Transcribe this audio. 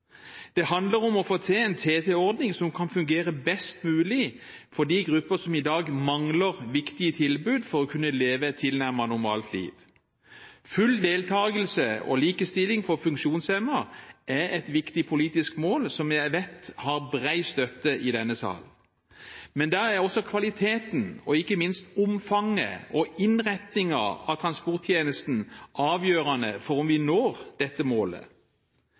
Det handler om å få til en TT-ordning som kan fungere best mulig for de grupper som i dag mangler viktige tilbud for å kunne leve et tilnærmet normalt liv. Full deltakelse og likestilling for funksjonshemmede er et viktig politisk mål som jeg vet har bred støtte i denne sal. Men da er også kvaliteten og ikke minst omfanget og innretningen av transporttjenesten avgjørende for om vi når dette målet.